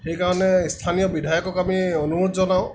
সেইকাৰণে স্থানীয় বিধায়কক আমি অনুৰোধ জনাওঁ